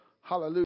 Hallelujah